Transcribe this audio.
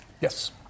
Yes